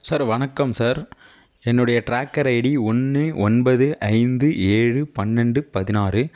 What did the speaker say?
sir வணக்கம் sir என்னுடைய tracker ID ஒன்று ஒன்பது ஐந்து ஏழு பன்னெண்டு பதினாறு